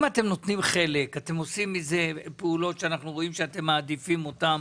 אם אתם עושים חלק ועושים פעולות שמראות שאתם מעדיפים אותם,